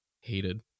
hated